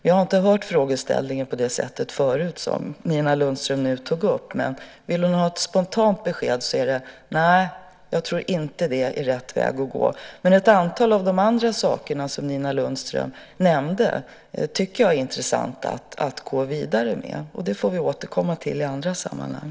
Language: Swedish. Jag har inte hört frågeställningen på det sättet förut som Nina Lundström nu tog upp. Vill hon ha ett spontant besked blir det: Nej, jag tror inte att det är rätt väg att gå. Ett antal av de andra sakerna som Nina Lundström nämnde tycker jag är intressanta att gå vidare med. Det får vi återkomma till i andra sammanhang.